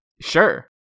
sure